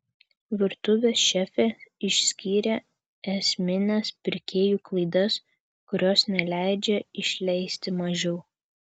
virtuvės šefė išskyrė esmines pirkėjų klaidas kurios neleidžia išleisti mažiau